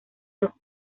los